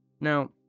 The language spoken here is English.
Now